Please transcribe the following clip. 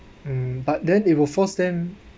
um but then it will force them